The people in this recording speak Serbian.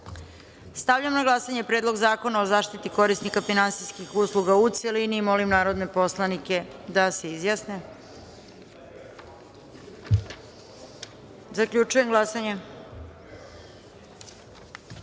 amandman. Stavljam na glasanje Predlog zakona o zaštiti korisnika finansijskih usluga, u celini. Molim narodne poslanike da se izjasne. Zaključujem glasanje: